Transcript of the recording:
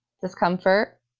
discomfort